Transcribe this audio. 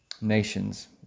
Nations